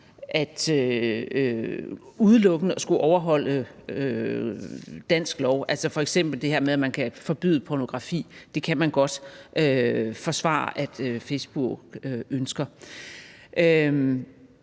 end udelukkende at skulle overholde dansk lov. Altså f.eks. det her med, at man kan forbyde pornografi. Det kan man godt forsvare at Facebook ønsker.